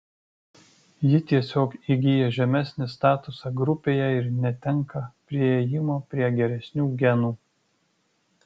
ji tiesiog įgyja žemesnį statusą grupėje ir netenka priėjimo prie geresnių genų